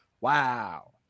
Wow